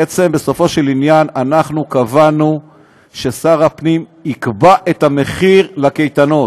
בעצם בסופו של עניין אנחנו קבענו ששר הפנים יקבע את המחיר לקייטנות.